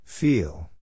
Feel